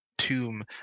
tomb